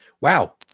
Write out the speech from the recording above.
Wow